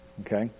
Okay